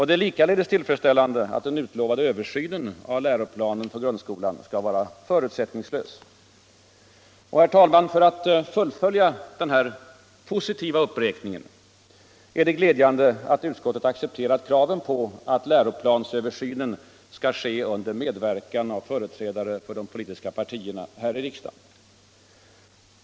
Det är likaledes tillfredsställande att en utlovad översyn av läroplanen för grundskolan skall vara förutsättningslös. Herr talman! För att fullfölja denna positiva uppräkning vill jag påpeka att det är glädjande att utskottet accepterat kraven på att läroplansre 87 visionen skall ske under medverkan av företrädare för de politiska partierna här i riksdagen.